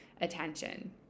attention